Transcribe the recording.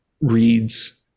reads